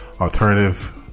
alternative